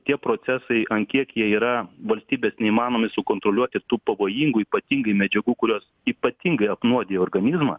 tie procesai ant kiek jie yra valstybės neįmanomi sukontroliuot ir tų pavojingų ypatingai medžiagų kurios ypatingai apnuodija organizmą